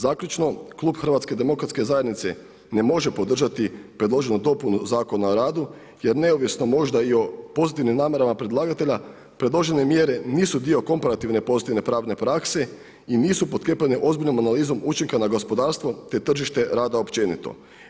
Zaključno, klub HDZ-a ne može podržati predloženu dopunu Zakona o radu jer neovisno možda i o pozitivnim namjerama predlagatelja, predložene mjere nisu dio komparativne pozitivne pravne prakse i nisu potkrijepljene ozbiljnom analizom učinka na gospodarstvo te tržište rada općenito.